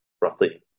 roughly